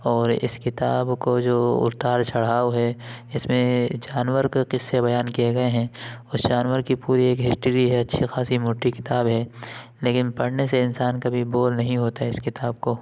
اور اس کتاب کو جو اتار چڑھاؤ ہے اس میں جانور کے قصے بیان کیے گئے ہیں اس جانور کی پوری ایک ہسٹری ہے اچھی خاصی موٹی کتاب ہے لیکن پڑھنے سے انسان کبھی بور نہیں ہوتا ہے اس کتاب کو